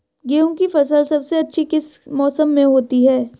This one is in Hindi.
गेंहू की फसल सबसे अच्छी किस मौसम में होती है?